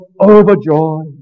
overjoyed